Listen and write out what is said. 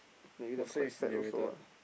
maybe that's quite fat also lah